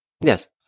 Yes